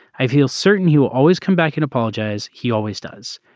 i feel certain he will always come back and apologize. he always does.